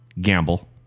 gamble